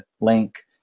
link